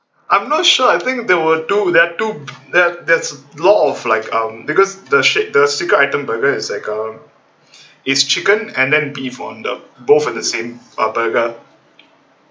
I'm not sure I think there were two that two that there's a lot of like um because the shake the secret item burger is like um is chicken and then beef on the both at the same uh burger